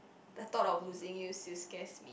the thought of losing you still scares me